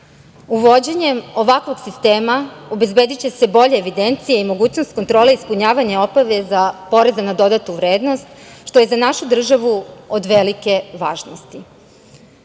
uplata. Uvođenjem ovakvog sistema obezbediće se bolje evidencije i mogućnosti kontrole ispunjavanja obaveza poreza na dodatu vrednost, što je za našu državu od velike važnosti. Ovako